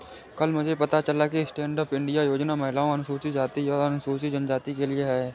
कल मुझे पता चला कि स्टैंडअप इंडिया योजना महिलाओं, अनुसूचित जाति और अनुसूचित जनजाति के लिए है